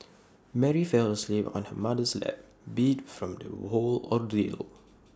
Mary fell asleep on her mother's lap beat from the whole ordeal